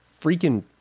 freaking